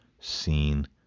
seen